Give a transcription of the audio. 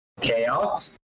Chaos